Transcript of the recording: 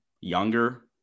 younger